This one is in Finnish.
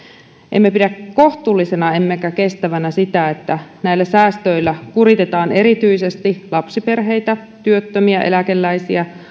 emme pidä kohtuullisena emmekä kestävänä sitä että näillä säästöillä kuritetaan erityisesti lapsiperheitä työttömiä eläkeläisiä